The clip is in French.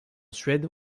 suède